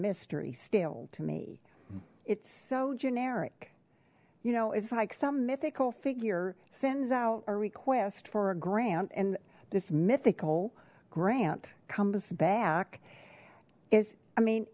mystery still to me it's so generic you know it's like some mythical figure sends out a request for a grant and this mythical grant comes back is i mean